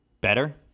Better